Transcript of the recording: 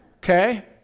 Okay